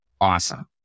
awesome